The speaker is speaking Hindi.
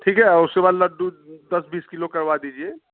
ठीक है और उसके बाद लड्डू दस बीस किलो करवा दीजिए